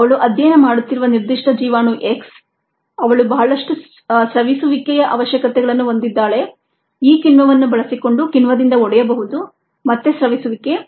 ಅವಳು ಅಧ್ಯಯನ ಮಾಡುತ್ತಿರುವ ನಿರ್ದಿಷ್ಟ ಜೀವಾಣು X ಅವಳು ಬಹಳಷ್ಟು ಸ್ರವಿಸುವಿಕೆಯ ಅವಶ್ಯಕತೆಗಳನ್ನು ಹೊಂದಿದ್ದಾಳೆ E ಕಿಣ್ವವನ್ನು ಬಳಸಿಕೊಂಡು ಕಿಣ್ವದಿಂದ ಒಡೆಯಬಹುದು ಮತ್ತೆ ಸ್ರವಿಸುವಿಕೆ